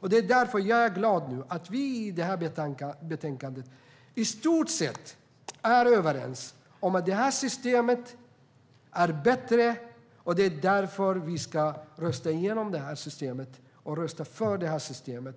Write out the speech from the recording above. Jag är glad nu att vi i det här betänkandet i stort sett är överens om att det här systemet är bättre. Det är därför vi ska rösta igenom det här systemet, rösta för det.